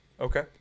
Okay